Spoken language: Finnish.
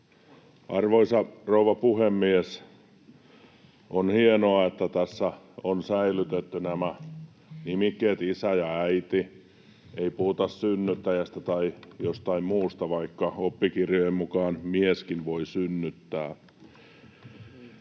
Arvoisa rouva puhemies! On hienoa, että tässä on säilytetty nämä nimikkeet ”isä” ja ”äiti”. Ei puhuta ”synnyttäjästä” tai jostain muusta, vaikka oppikirjojen mukaan mieskin voi synnyttää